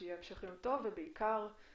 שיהיה המשך יום טוב, ובעיקר בריאות טובה.